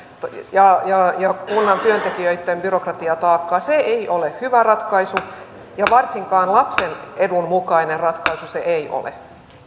ja kunnan työntekijöitten byrokratiataakkaa se ei ole hyvä ratkaisu ja varsinkaan lapsen edun mukainen ratkaisu se ei ole